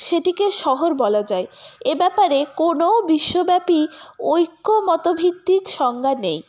সেটিকে শহর বলা যায় এ ব্যাপারে কোনও বিশ্বব্যাপী ঐক্য মতভিত্তিক সংজ্ঞা নেই